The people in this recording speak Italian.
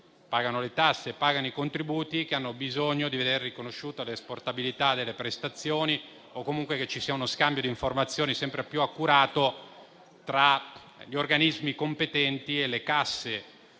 pagano le tasse e i contributi e che hanno bisogno di vedere riconosciuta l'esportabilità delle prestazioni o comunque che ci sia uno scambio di informazioni sempre più accurato tra gli organismi competenti e le casse